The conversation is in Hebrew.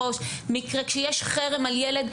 כשיש חרם על ילד,